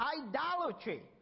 idolatry